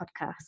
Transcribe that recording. podcast